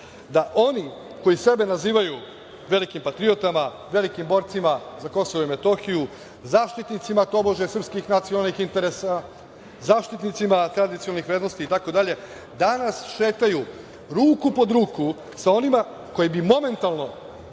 da oni koji sebe nazivaju velikim patriotama, velikim borcima za Kosovo i Metohiju, zaštitnicima tobože srpskih nacionalnih, zaštitnicima tradicionalnih vrednosti itd. danas šetaju ruku pod ruku sa onima koji bi momentalno